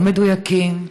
לא מדויקים.